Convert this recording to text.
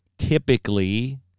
Typically